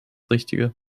richtige